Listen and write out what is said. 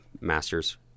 master's